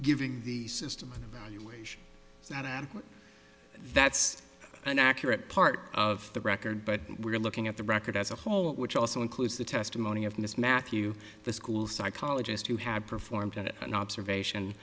giving the system of evaluation is not adequate that's an accurate part of the record but we're looking at the record as a whole which also includes the testimony of miss matthew the school psychologist who had performed at an observation